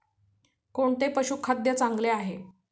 कोणते पशुखाद्य चांगले आहे?